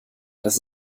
dass